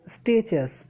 stages